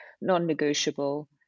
non-negotiable